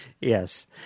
Yes